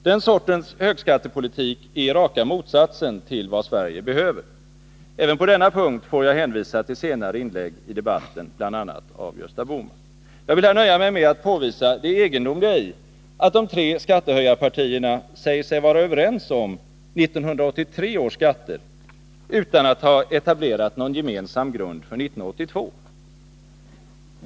Den sortens högskattepolitik är raka motsatsen till vad Sverige behöver. Även på denna punkt får jag hänvisa till senare inlägg i debatten, bl.a. av Gösta Bohman. Jag vill här nöja mig med att påvisa det egendomliga i att de tre skattehöjarpartierna säger sig vara överens om 1983 års skatter utan att ha etablerat någon gemensam grund för 1982.